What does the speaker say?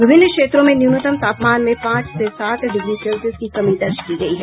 विभिन्न क्षेत्रों में न्यूनतम तापमान में पांच से सात डिग्री सेल्सियस की कमी दर्ज की गयी है